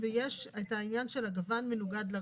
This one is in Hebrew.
ויש את העניין של הגוון שמנוגד לרקע,